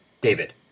David